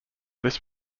this